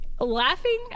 Laughing